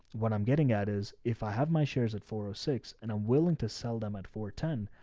what i'm getting at is if i have my shares at four oh six and i'm willing to sell them at four ten,